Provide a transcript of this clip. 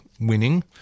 winning